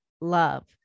love